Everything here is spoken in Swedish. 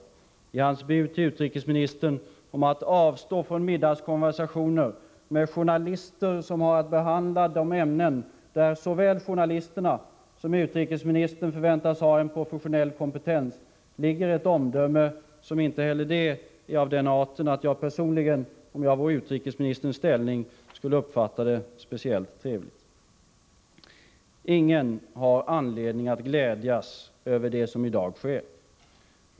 I statsministerns bud till utrikesministern om att avstå från middagskonversationer med journalister, som har att behandla de ämnen där såväl journalisterna som utrikesministern förväntas ha en professionell kompetens, ligger ett omdöme, som inte heller det är av den arten att jag personligen, om jag vore i utrikesministerns ställning, skulle uppfatta det såsom speciellt trevligt. Ingen har anledning att glädjas över det som i dag sker.